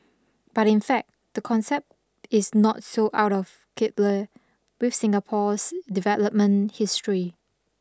but in fact the concept is not so out of kilter with Singapore's development history